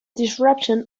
disruption